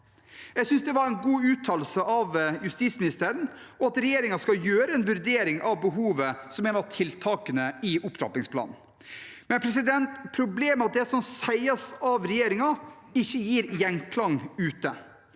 Jeg synes det var en god uttalelse av justisministeren, og godt at regjeringen skal gjøre en vurdering av behovet som et av tiltakene i opptrappingsplanen. Problemet er at det som sies av regjeringen, ikke gir gjenklang ute.